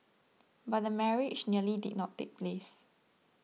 but the marriage nearly did not take place